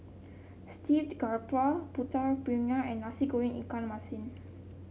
Steamed Garoupa Putu Piring and Nasi Goreng Ikan Masin